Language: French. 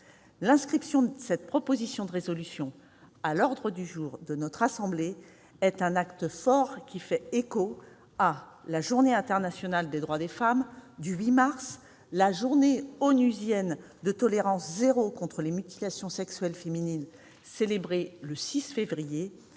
L'inscription de cette proposition de résolution à l'ordre du jour de notre assemblée est un acte fort qui fait écho à la Journée internationale des droits des femmes du 8 mars, à la Journée onusienne de tolérance zéro à l'égard des mutilations génitales féminines, célébrée le 6 février,